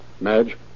Madge